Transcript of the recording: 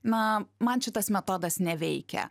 na man šitas metodas neveikia